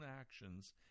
actions